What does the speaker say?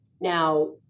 Now